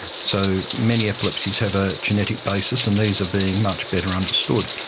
so many epilepsies have a genetic basis and these are being much better understood.